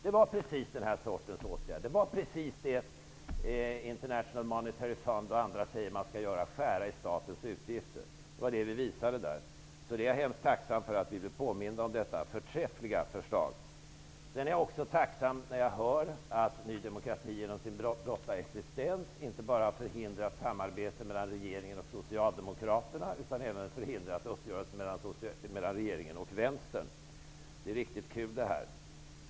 Det programmet gällde just det som International Monetary Fund och andra säger att man skall göra: skära i statens utgifter. Vi visade där att man kan göra det, och jag är tacksam för att vi blir påminda om detta förträffliga förslag. Jag är också tacksam över att Ny demokrati genom sin blotta existens inte bara har förhindrat ett samarbete mellan regeringen och Socialdemokraterna utan även har förhindrat en uppgörelse mellan regeringen och Vänstern, som jag nu fick höra. Det är riktigt kul det här.